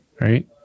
right